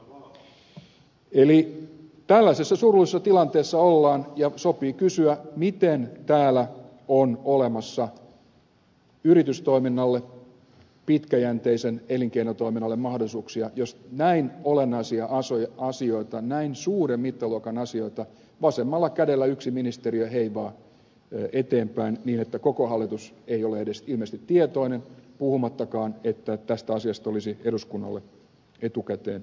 eli tällaisessa surullisessa tilanteessa ollaan ja sopii kysyä miten täällä on olemassa yritystoiminnalle pitkäjänteiselle elinkeinotoiminnalle mahdollisuuksia jos näin olennaisia asioita näin suuren mittaluokan asioita vasemmalla kädellä yksi ministeriö heivaa eteenpäin niin että koko hallitus ei ole edes ilmeisesti tietoinen puhumattakaan että tästä asiasta olisi eduskuntaa etukäteen informoitu